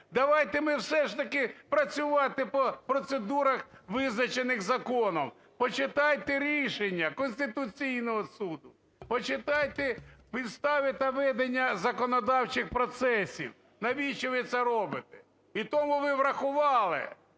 Давайте ми все ж таки працювати по процедурах, визначених законом. Почитайте рішення Конституційного Суду. Почитайте підстави та ведення законодавчих процесів. Навіщо ви це робите? І тому ви врахували,